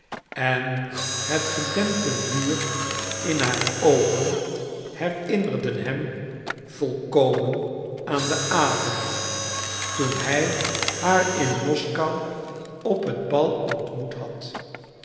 en het gedempte vuur in haar oogen herinnerden hem volkomen aan den avond toen hij haar in moskou op het bal ontmoet had